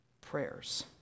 prayers